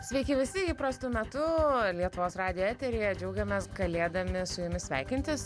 sveiki visi įprastu metu lietuvos radijo eteryje džiaugiamės galėdami su jumis sveikintis